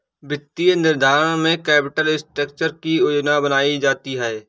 वित्तीय निर्धारण में कैपिटल स्ट्रक्चर की योजना बनायीं जाती है